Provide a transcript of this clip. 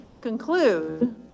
conclude